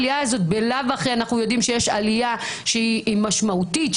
בלאו הכי אנחנו יודעים שיש עלייה שהיא משמעותית,